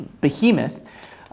behemoth